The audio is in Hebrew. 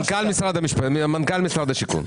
מנכ"ל משרד השיכון.